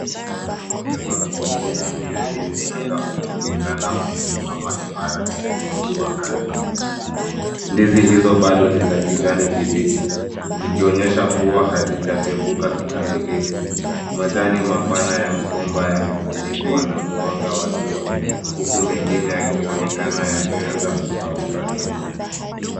Mgomba uliobeba migungu mingi ya ndizi changa umeonekana ukisimama imara chini ya jua kali. Ndizi hizo bado ni za kijani kibichi, zikionyesha kuwa hazijapevuka kikamilifu. Majani mapana ya mgomba yamefunikwa na mwanga wa jua, huku mengine yakionekana yameanza kukauka kidogo.